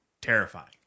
terrifying